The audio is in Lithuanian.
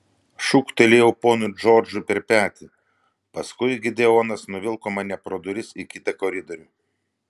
šūktelėjau ponui džordžui per petį paskui gideonas nuvilko mane pro duris į kitą koridorių